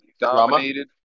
dominated